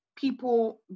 people